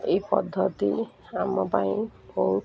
ଏହି ପଦ୍ଧତି ଆମ ପାଇଁ ବହୁତ